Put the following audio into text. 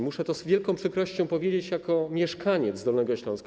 Muszę to z wielką przykrością powiedzieć jako mieszkaniec Dolnego Śląska.